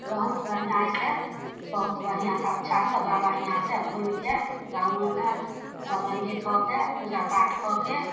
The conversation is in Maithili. बहुत बढ़िआँसे बहुत बढ़िआँसे अच्छासे बाबा हिआँसे घुमिके गामोमे सब मन्दिर कऽके पूजा पाठ कऽके